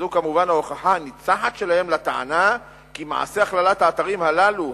וזו כמובן ההוכחה הניצחת שלהם לטענה כי מעשה הכללת האתרים הללו,